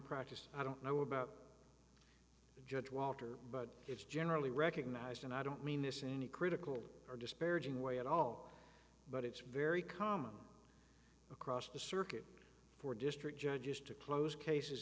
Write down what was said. practice i don't know about judge walter but it's generally recognized and i don't mean this in any critical or disparaging way at all but it's very common across the circuit for district judges to close cases